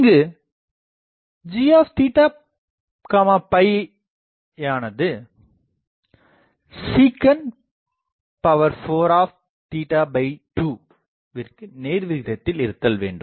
இங்கு gயானது sec42விற்கு நேர்விகிதத்தில் இருத்தல் வேண்டும்